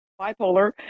Bipolar